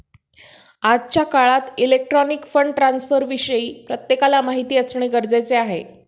आजच्या काळात electronic fund ट्रान्स्फरविषयी प्रत्येकाला माहिती असणे गरजेचे आहे